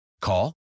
Call